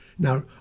Now